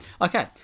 Okay